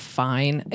fine